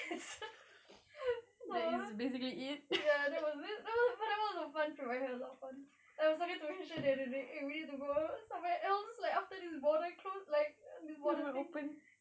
ya that was it but that was a fun trip I had a lot of fun I was talking to vishu the other day we need to go somewhere else like after this border closed like this border thing